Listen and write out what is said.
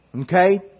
Okay